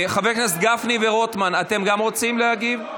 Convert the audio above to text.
חברי הכנסת גפני ורוטמן, אתם גם רוצים להגיב?